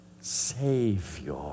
Savior